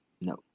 No